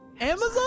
Amazon